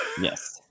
Yes